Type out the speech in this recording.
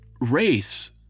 race